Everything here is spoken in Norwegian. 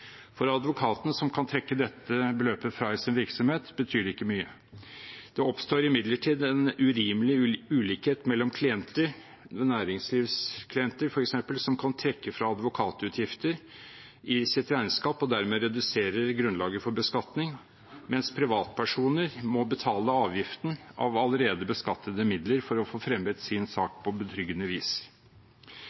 For advokaten, som kan trekke dette beløpet fra i sin virksomhet, betyr det ikke mye. Det oppstår imidlertid også en urimelig ulikhet mellom klienter. Næringslivsklienter, f.eks., kan trekke fra advokatutgifter i sitt regnskap og dermed redusere grunnlaget for beskatning, mens privatpersoner må betale avgiften av allerede beskattede midler for å få fremmet sin sak på betryggende vis.